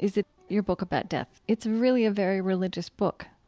is that your book about death, it's really a very religious book